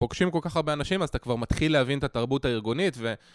פוגשים כל כך הרבה אנשים אז אתה כבר מתחיל להבין את התרבות הארגונית ו...